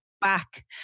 back